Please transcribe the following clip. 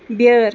بیٲر